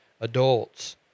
adults